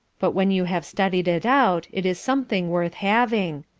but when you have studied it out it is something worth having.